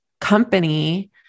company